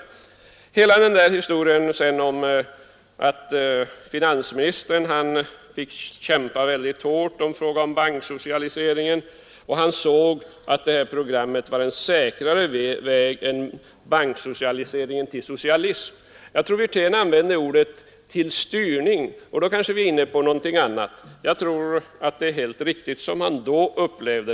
Så har vi hela denna historia om att finansministern fick kämpa mycket hårt på partikongressen när det gällde förslagen om banksocialisering och att han ansåg att det näringspolitiska programmet var en säkrare väg än ett förstatligande av bankerna till socialism. Jag tror att herr Wirtén använde uttrycket till ”styrning”, och då är vi kanske inne på någonting helt annat och då blir kanske herr Wirténs tolkning mera riktig.